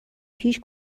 پیش